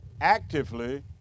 actively